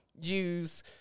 use